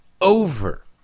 over